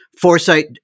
Foresight